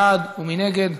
מי בעד ומי נגד?